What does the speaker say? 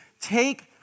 take